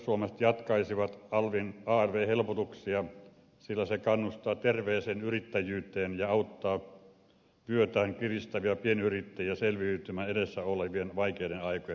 perussuomalaiset jatkaisivat alv helpotuksia sillä se kannustaa terveeseen yrittäjyyteen ja auttaa vyötään kiristäviä pienyrittäjiä selviytymään edessä olevien vaikeiden aikojen yli